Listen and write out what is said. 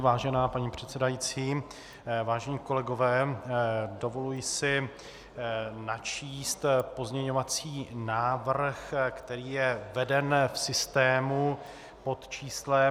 Vážená paní předsedající, vážení kolegové, dovoluji si načíst pozměňovací návrh, který je veden v systému pod číslem 1722.